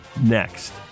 next